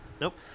Nope